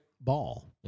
Ball